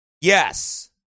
Yes